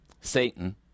Satan